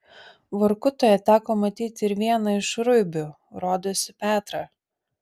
vorkutoje teko matyti ir vieną iš ruibių rodosi petrą